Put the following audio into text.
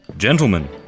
Gentlemen